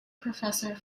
professor